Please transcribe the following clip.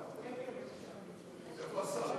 באסל,